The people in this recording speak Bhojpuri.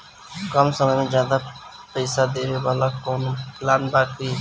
कम समय में ज्यादा पइसा देवे वाला कवनो प्लान बा की?